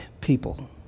people